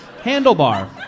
Handlebar